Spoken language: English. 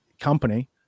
Company